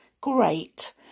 great